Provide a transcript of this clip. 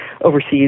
overseas